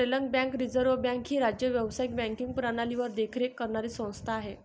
central bank reserve bank ही राज्य व्यावसायिक बँकिंग प्रणालीवर देखरेख करणारी संस्था आहे